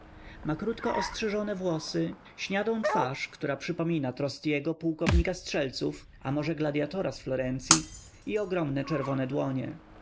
ma krótko ostrzyżone włosy śniadą twarz która przypomina trostiego pułkownika strzelców a może gladyatora z florencyi i ogromne czerwone dłonie